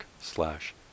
slash